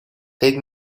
take